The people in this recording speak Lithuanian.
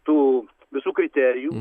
tų visų kriterijų